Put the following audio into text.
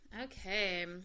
Okay